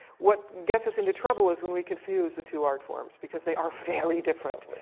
what gets us into trouble is when we confuse the two art forms, because they are very different!